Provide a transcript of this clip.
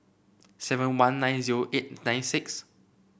seven one nine zero eight nine six